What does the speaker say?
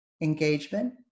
engagement